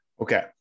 okay